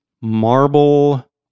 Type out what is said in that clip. marble